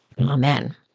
Amen